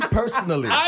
personally